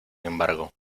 embargo